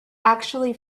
actually